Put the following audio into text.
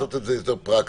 לעשות את זה יותר פרקטי,